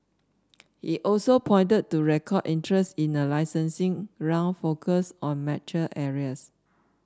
he also pointed to record interest in a licensing round focused on mature areas